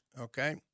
okay